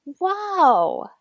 Wow